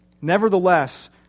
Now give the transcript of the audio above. Nevertheless